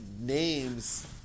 names